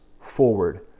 forward